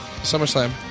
SummerSlam